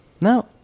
No